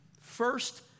First